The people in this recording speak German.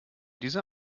dieser